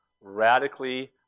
radically